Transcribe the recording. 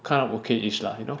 kind of okay-ish lah you know